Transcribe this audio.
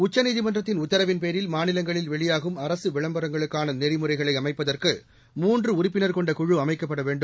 உச்சநீதிமன்றத்தின் உத்தரவின் பேரில் மாநிலங்களில் வெளியாகும் அரசு விளம்பரங்களுக்கான நெறிமுறைகளை அமைப்பதற்கு மூன்று உறுப்பினர் கொண்ட குழு அமைக்கப்பட வேண்டும்